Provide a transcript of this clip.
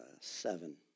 seven